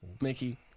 Mickey